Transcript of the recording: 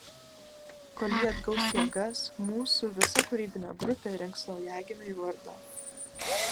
kol ji atgaus jėgas mūsų visa kūrybinė grupė rinks naujagimiui vardą